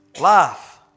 Life